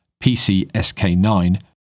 PCSK9